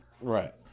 right